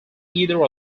either